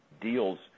deals